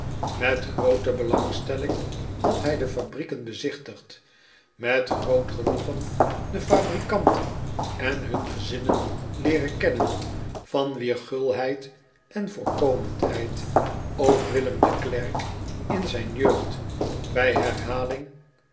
et groote belangstelling had hij de fabrieken bezigtigd met groot genoegen de fabrikanten en hun gezinnen leeren kennen van wier gulheid en voorkomendheid ook illem de lercq in zijn jeugd bij herhaling